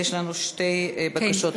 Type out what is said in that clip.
ויש לנו שתי בקשות נוספות.